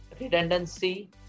redundancy